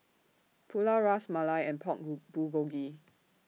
Pulao Ras Malai and Pork Bulgogi